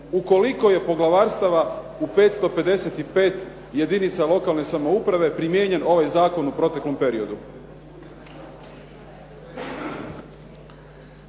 u koliko je poglavarstava u 555 jedinica lokalne samouprave primijenjen ovaj zakon u proteklom periodu.